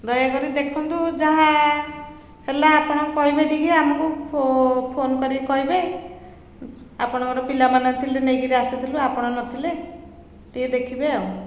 ଦୟାକରି ଦେଖନ୍ତୁ ଯାହା ହେଲା ଆପଣ କହିବେ ଟିକେ ଆମକୁ ଫୋ ଫୋନ୍ କରିକି କହିବେ ଆପଣଙ୍କର ପିଲାମାନେ ଥିଲେ ନେଇକିରି ଆସିଥିଲୁ ଆପଣ ନ ଥିଲେ ଟିକେ ଦେଖିବେ ଆଉ